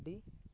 ᱟᱹᱰᱤ